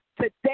today